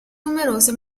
numerose